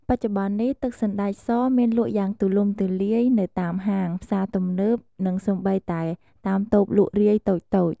បច្ចុប្បន្ននេះ ទឹកសណ្តែកសមានលក់យ៉ាងទូលំទូលាយនៅតាមហាង ផ្សារទំនើប និងសូម្បីតែតាមតូបលក់រាយតូចៗ។